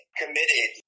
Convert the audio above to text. committed